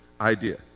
idea